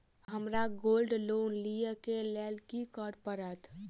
हमरा gold loan लिय केँ लेल की करऽ पड़त?